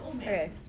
Okay